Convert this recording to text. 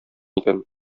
икән